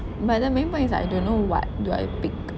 but the main point is I don't know what do I pick